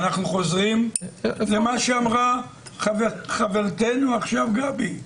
אנחנו חוזרים למה שאמרה חברתנו גבי עכשיו.